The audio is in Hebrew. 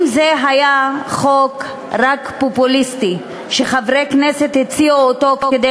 אם זה היה רק חוק פופוליסטי שחברי כנסת הציעו כדי